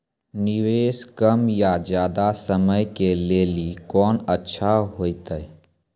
निवेश कम या ज्यादा समय के लेली कोंन अच्छा होइतै?